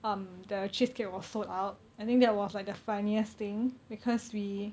um the cheesecake was sold out I think that was like the funniest thing because we